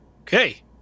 Okay